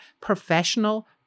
professional